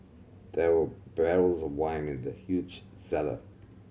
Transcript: there were barrels of wine in the huge cellar